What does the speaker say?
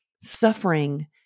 suffering